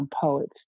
poets